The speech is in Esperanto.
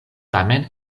tamen